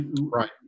Right